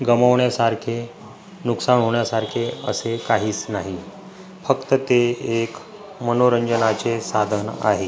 गमवण्यासारखे नुकसान होण्यासारखे असे काहीच नाही फक्त ते एक मनोरंजनाचे साधन आहे